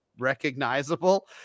recognizable